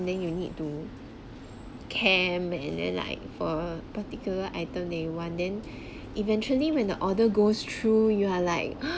then you need to camp and then like for a particular item that you want then eventually when the order goes through you are like